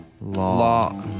Law